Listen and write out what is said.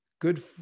good